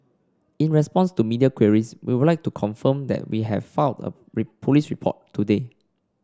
in response to media queries we would like to confirm that we have filed police report today